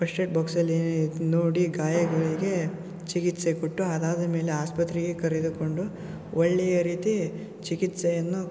first aid ಬಾಕ್ಸಲ್ಲಿ ಏನೇನು ಇದೆ ನೋಡಿ ಗಾಯಗಳಿಗೆ ಚಿಕಿತ್ಸೆ ಕೊಟ್ಟು ಅದಾದ ಮೇಲೆ ಆಸ್ಪತ್ರೆಗೆ ಕರೆದುಕೊಂಡು ಒಳ್ಳೆಯ ರೀತಿ ಚಿಕಿತ್ಸೆಯನ್ನು